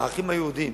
לערכים היהודיים,